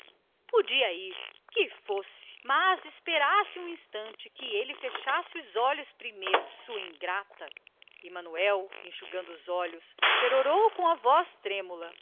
podia ir que fosse mas esperasse um instante que ele fechasse os olhos primeiro sua ingrata e manuel enxugando os olhos na manga do paletó conclui com a voz trêmula